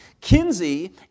Kinsey